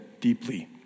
deeply